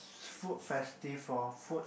food festive lor food